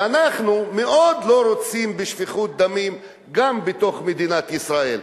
ואנחנו מאוד לא רוצים בשפיכות דמים גם בתוך מדינת ישראל,